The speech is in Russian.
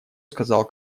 сказал